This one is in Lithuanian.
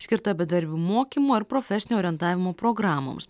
skirta bedarbių mokymų ar profesinio orientavimo programoms